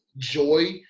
joy